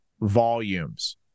volumes